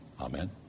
Amen